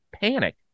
panic